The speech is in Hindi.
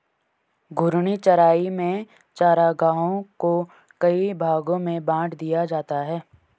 घूर्णी चराई में चरागाहों को कई भागो में बाँट दिया जाता है